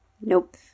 Nope